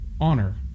honor